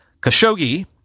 Khashoggi